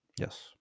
yes